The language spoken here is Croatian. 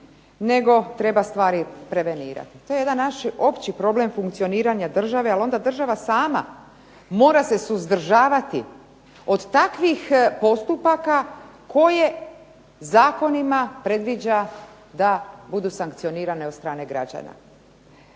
nego treba stvari prevenirati. To je jedan naš opći problem funkcioniranja države, ali onda država sama mora se suzdržavati od takvih postupaka koje zakonima predviđa da budu sankcionirane od strane građana.